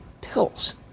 pills